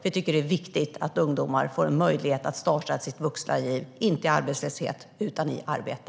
Vi tycker att det är viktigt att ungdomar får möjlighet att starta sitt vuxna liv inte i arbetslöshet utan i arbete.